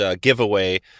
giveaway